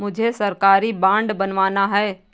मुझे सरकारी बॉन्ड बनवाना है